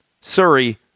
Surrey